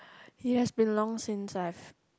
yes been long since I have